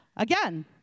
Again